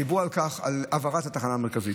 דיברו על העברת התחנה המרכזית.